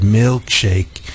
milkshake